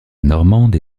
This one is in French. normande